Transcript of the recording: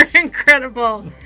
incredible